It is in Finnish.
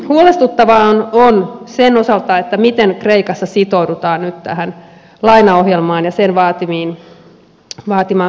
huolestuttavaa on sen osalta miten kreikassa sitoudutaan nyt tähän lainaohjelmaan ja sen vaatimaan päätöksentekoon